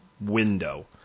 window